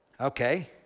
Okay